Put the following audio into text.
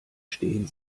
stehen